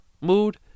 Mood